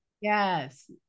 yes